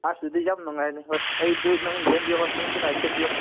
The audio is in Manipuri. ꯑꯁ ꯑꯗꯨꯗꯤ ꯌꯥꯝ ꯅꯨꯡꯉꯥꯏꯔꯦꯅꯦ ꯍꯣꯏ ꯑꯩꯗꯨ ꯅꯪ ꯌꯦꯡꯕꯤꯌꯣ ꯍꯣꯏ ꯅꯨꯡꯁꯤꯅ ꯁꯦꯝꯕꯤꯌꯣ